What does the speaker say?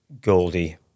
Goldie